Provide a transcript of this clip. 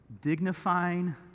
dignifying